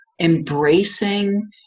embracing